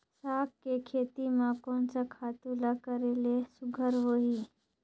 साग के खेती म कोन स खातु ल करेले सुघ्घर होही?